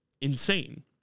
insane